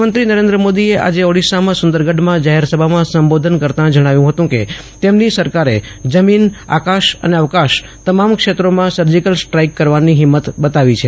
પ્રધાનમંત્રી નરેન્દ્ર મોદીએ આજે ઓડિશામાં સુંદરગઢમાં જાહેર સભામાં સંબોધન કરતા જણાવ્યું હતું કે તેમની સરકારે જમીન આકાશ અને અવકાશ તમામ ક્ષેત્રોમાં સર્જીકલ સ્ટ્રાઇક કરવાની હિંમત બતાવી છે